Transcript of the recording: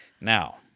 Now